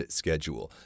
schedule